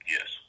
Yes